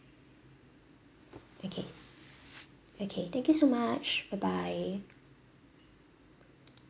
okay okay thank you so much bye bye